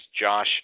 Josh